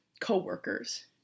coworkers